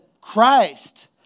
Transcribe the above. Christ